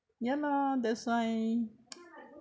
ya lor that's why